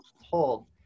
hold